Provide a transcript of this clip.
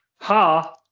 Ha